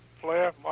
player